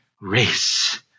race